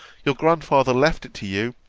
your grandfather left it to you,